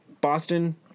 Boston